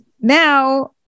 now